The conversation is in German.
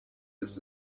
des